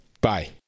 Bye